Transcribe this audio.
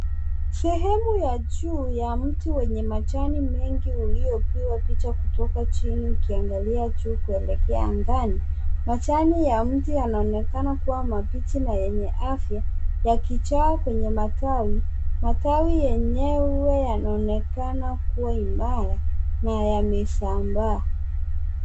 Sehemu ya juu ya mti wenye majani mengi uliopigwa picha kutoka chini ukiangalia juu kuelekea angani. Majani ya mti yanaonekana kuwa mabichi na yenye afya yakijaa kwenye matawi. Matawi yenyewe yanaonekana kuwa imara na yamesambaa.